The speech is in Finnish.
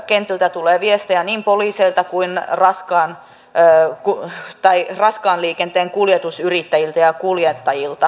kentältä tulee viestejä niin poliiseilta kuin raskaan liikenteen kuljetusyrittäjiltä ja kuljettajilta